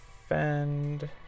defend